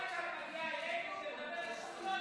עד שאת מגיעה אלינו ומדברת שטויות,